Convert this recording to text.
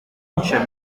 michel